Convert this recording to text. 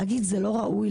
להגיד זה לא ראוי,